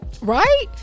right